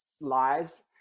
lies